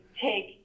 take